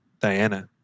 Diana